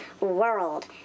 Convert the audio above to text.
world